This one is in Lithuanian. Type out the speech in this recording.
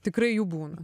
tikrai jų būna